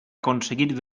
aconseguir